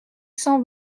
cent